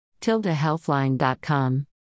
TildaHealthline.com